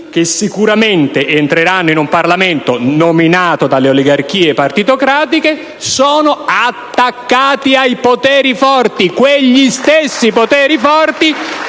che sicuramente entreranno in un Parlamento nominato dalle oligarchie partitocratiche e sono attaccati ai poteri forti! *(Applausi dai Gruppi PdL,